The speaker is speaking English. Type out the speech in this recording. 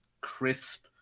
crisp